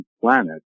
planet